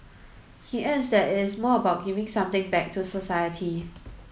he adds that it is more about giving something back to society